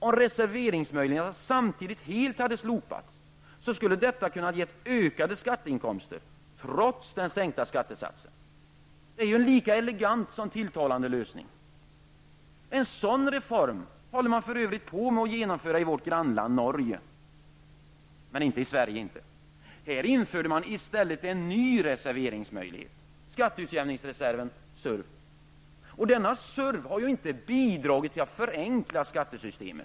Om reserveringsmöjligheten samtidigt helt hade slopats, skulle detta ha kunnat resultera i ökade skatteinkomster -- trots en lägre skattesats. Det är en lösning som är lika elegant som den är tilltalande. En sådan reform håller man för övrigt på att genomföra i vårt grannland Norge. Men så blir det inte i Sverige. Här har man i stället infört en ny reserveringsmöjlighet -- skatteutjämningsreserven, nämligen SURV-en. SURV har inte bidragit till att vi har fått ett förenklat skattesystem.